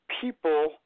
people